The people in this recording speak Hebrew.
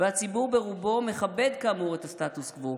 והציבור ברובו מכבד, כאמור, את הסטטוס קוו.